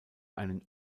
einen